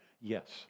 Yes